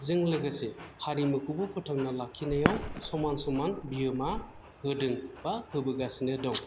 जों लोगोसे हारिमुखौबो फोथांना लाखिनायाव समान समान बिहाेमा होदों बा होबोगासिनो दं